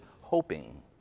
hoping